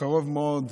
קרוב מאוד.